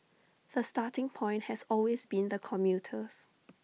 the starting point has always been the commuters